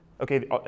okay